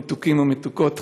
מתוקים ומתוקות,